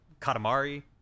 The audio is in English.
Katamari